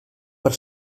per